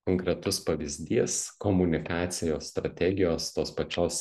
konkretus pavyzdys komunikacijos strategijos tos pačios